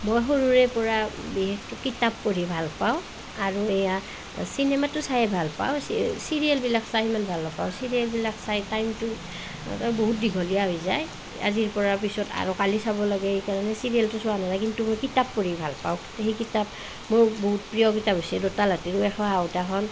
মই সৰুৰে পৰা বিশেষকৈ কিতাপ পঢ়ি ভাল পাওঁ আৰু এয়া চিনেমাটো চাই ভাল পাওঁ চিৰিয়েলবিলাক চাই ইমান ভাল নাপাওঁ চিৰিয়েলবিলাক চাই টাইমটো বহুত দীঘলীয়া হৈ যায় আজিৰ পৰা পিছত আৰু কালি চাব লাগে সেইকাৰণে চিৰিয়েলটো চোৱা নহয় কিন্তু কিতাপ পঢ়ি ভাল পাওঁ সেই কিতাপ মোৰ বহুত প্ৰিয় কিতাপ হৈছে দঁতাল হাতীৰ উঁয়ে খোৱা হাওদাখন